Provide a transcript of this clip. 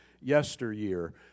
yesteryear